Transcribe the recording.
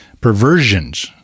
perversions